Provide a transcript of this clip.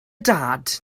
dad